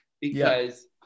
because-